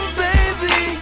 baby